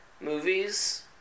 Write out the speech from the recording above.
movies